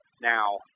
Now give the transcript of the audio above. Now